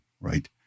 right